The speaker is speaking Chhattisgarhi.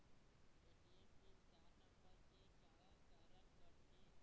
ए.टी.एम पिन चार नंबर के काबर करथे?